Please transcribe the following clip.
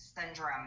syndrome